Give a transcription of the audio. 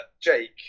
Jake